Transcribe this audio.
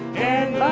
and